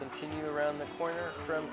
continue around the corner from